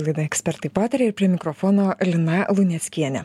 laida ekspertai pataria ir prie mikrofono lina luneckienė